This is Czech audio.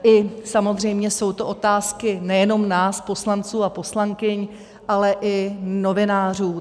I samozřejmě jsou to otázky nejenom nás poslanců a poslankyň, ale i novinářů.